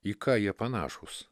į ką jie panašūs